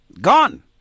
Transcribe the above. gone